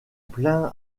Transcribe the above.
plein